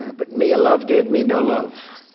ah but mia love gave me no love.